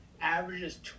averages